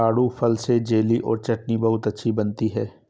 आड़ू फल से जेली और चटनी बहुत अच्छी बनती है